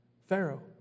Pharaoh